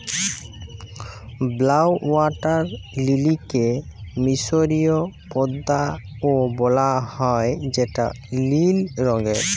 blue water লিলিকে মিসরীয় পদ্দা ও বলা হ্যয় যেটা লিল রঙের